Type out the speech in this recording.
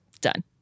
Done